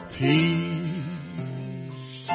peace